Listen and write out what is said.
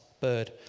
bird